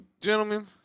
gentlemen